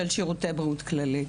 של שירותי בריאות כללית.